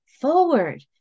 forward